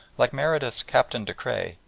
like meredith's captain de creye,